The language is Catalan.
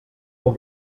com